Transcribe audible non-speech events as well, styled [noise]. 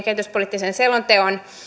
[unintelligible] kehityspoliittisen selonteonkin